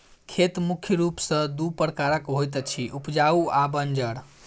खेत मुख्य रूप सॅ दू प्रकारक होइत अछि, उपजाउ आ बंजर